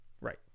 Right